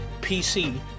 pc